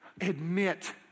admit